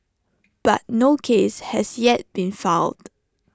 but no case has yet been filed